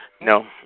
No